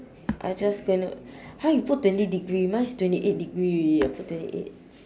I just going to !huh! you put twenty degree mine is twenty eight degree already eh I put twenty eight